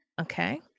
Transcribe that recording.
Okay